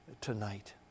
tonight